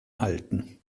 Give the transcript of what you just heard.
halten